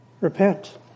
repent